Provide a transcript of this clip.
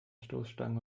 stoßstangen